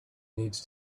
needs